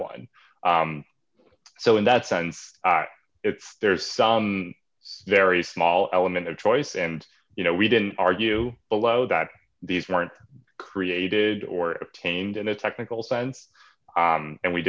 one so in that sense it's there's some very small element of choice and you know we didn't argue below that these weren't created or obtained in a technical sense and we